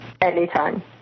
Anytime